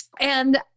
And-